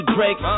Drake